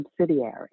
subsidiary